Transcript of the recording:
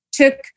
took